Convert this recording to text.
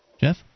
Jeff